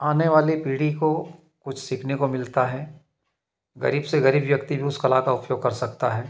आने वाली पीढ़ी को कुछ सीखने को मिलता है गरीब से गरीब व्यक्ति भी उस कला का उपयोग कर सकता है